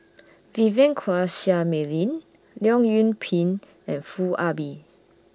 Vivien Quahe Seah Mei Lin Leong Yoon Pin and Foo Ah Bee